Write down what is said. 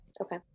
okay